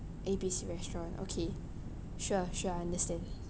A B C restaurant okay sure sure understand